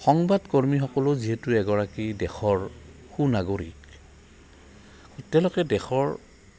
সংবাদকৰ্মীসকলো যিহেতু এগৰাকী দেশৰ সু নাগৰিক তেওঁলোকে দেশৰ